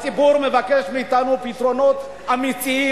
הציבור מבקש מאתנו פתרונות אמיתיים,